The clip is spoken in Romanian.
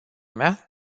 mea